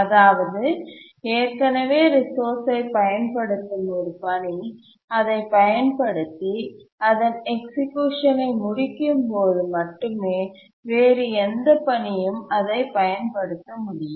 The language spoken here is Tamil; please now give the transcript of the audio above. அதாவது ஏற்கனவே ரிசோர்ஸ்ஐ பயன்படுத்தும் ஒரு பணி அதை பயன்படுத்தி அதன் எக்சிக்யூஷன் ஐ முடிக்கும்போது மட்டுமே வேறு எந்த பணியும் அதைப் பயன்படுத்த முடியும்